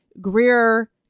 Greer